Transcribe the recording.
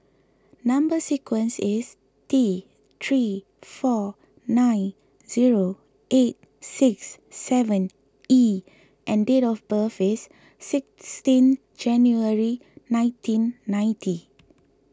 Number Sequence is T three four nine zero eight six seven E and date of birth is sixteenth January nineteen ninety